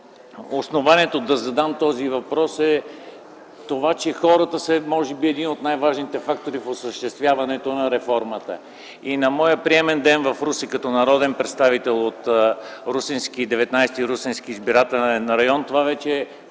основанието да задам този въпрос е това, че хората са може би един от най-важните фактори в осъществяването на реформата. В моя приемен ден в Русе, като народен представител от 19.Русенски избирателен район, това вече е